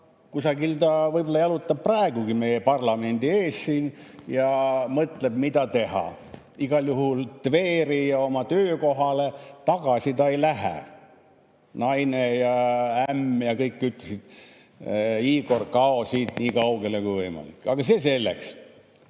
kusagil ta võib-olla jalutab praegugi meie parlamendi ees siin ja mõtleb, mida teha. Igal juhul Tveri ja oma töökohale tagasi ta ei lähe. Naine ja ämm ja kõik ütlesid: "Igor, kao siit nii kaugele kui võimalik!" Aga see selleks.